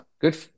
Good